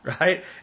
Right